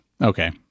okay